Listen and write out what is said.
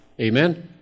Amen